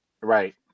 right